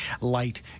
light